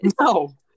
No